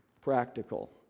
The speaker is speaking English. practical